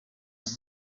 yacu